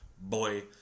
boy